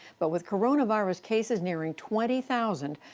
but with coronavirus cases nearing twenty thousand,